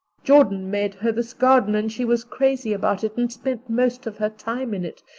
jordan made her this garden and she was crazy about it and spent most of her time in it.